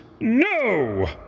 No